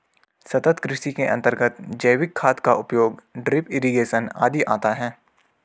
सतत् कृषि के अंतर्गत जैविक खाद का उपयोग, ड्रिप इरिगेशन आदि आता है